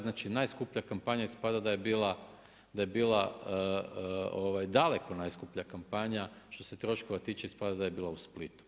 Znači najskuplja kampanja spada da je bila daleko najskuplja kampanja što se troškova tiče ispada da je bila u Splitu.